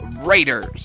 Raiders